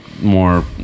more